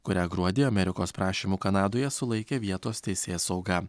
kurią gruodį amerikos prašymu kanadoje sulaikė vietos teisėsauga